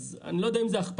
אז אני לא יודע אם זאת הכפלה,